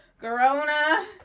Corona